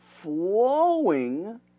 Flowing